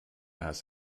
has